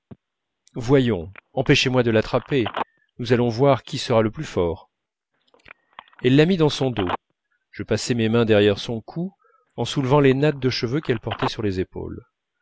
voyons empêchez moi de l'attraper nous allons voir qui sera le plus fort elle la mit dans son dos je passai mes mains derrière son cou en soulevant les nattes de ses cheveux qu'elle portait sur les épaules